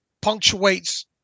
punctuates